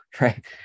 Right